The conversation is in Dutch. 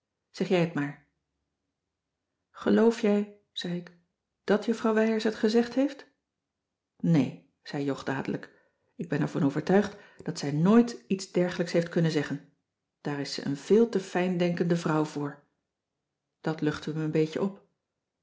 zeg jij het maar geloof jij zei ik dàt juffrouw wijers het gezegd heeft nee zei jog dadelijk ik ben er van overtuigd dat zij nooit iets dergelijks heeft kunnen zeggen daar is zij een veel te fijndenkende vrouw voor dat luchtte me een beetje op